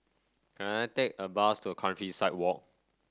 can I take a bus to Countryside Walk